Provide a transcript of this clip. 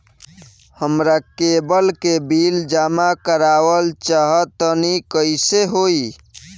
हमरा केबल के बिल जमा करावल चहा तनि कइसे होई?